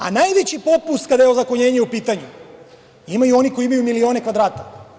A najveći popust kada je ozakonjenje u pitanju imaju oni koji imaju milione kvadrata.